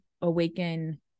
awaken